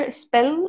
spell